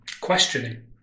questioning